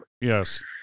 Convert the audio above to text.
Yes